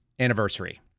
anniversary